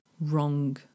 wrong